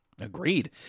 Agreed